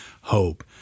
hope